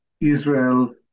Israel